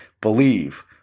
Believe